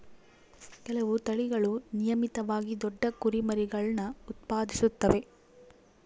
ಕೆಲವು ತಳಿಗಳು ನಿಯಮಿತವಾಗಿ ದೊಡ್ಡ ಕುರಿಮರಿಗುಳ್ನ ಉತ್ಪಾದಿಸುತ್ತವೆ